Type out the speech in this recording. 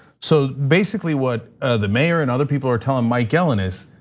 so basically what the mayor and other people are telling mike gelin is,